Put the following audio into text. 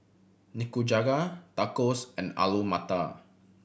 Nikujaga Tacos and Alu Matar